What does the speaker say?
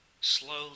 slowly